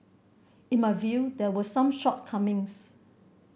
in my view there were some shortcomings